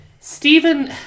Stephen